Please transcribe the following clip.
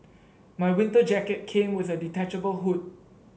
my winter jacket came with a detachable hood